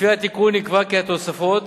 ולפי התיקון נקבע כי התוספת